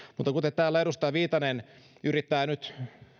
mutta vaikka täällä edustaja viitanen yrittää nyt